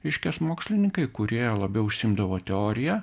reiškias mokslininkai kurie labiau užsiimdavo teorija